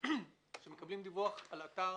כשמקבלים דיווח על אתר,